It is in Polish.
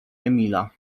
emila